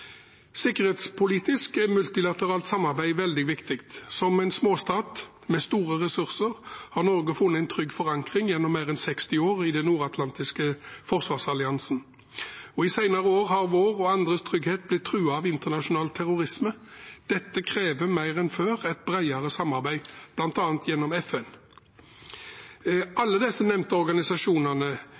Sikkerhetspolitisk er multilateralt samarbeid veldig viktig. Som en småstat med store ressurser har Norge funnet en trygg forankring gjennom mer enn 60 år i den nordatlantiske forsvarsalliansen. I senere år har vår og andres trygghet blitt truet av internasjonal terrorisme. Dette krever mer enn før et bredere samarbeid, bl.a. gjennom FN. Alle disse nevnte organisasjonene